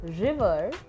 river